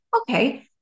okay